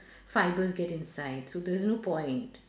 fibres get inside so there's no point